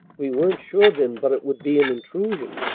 we weren't sure then but it would be an intrusion.